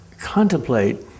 contemplate